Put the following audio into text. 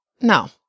no